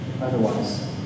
otherwise